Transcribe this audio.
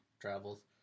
travels